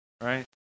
right